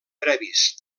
previs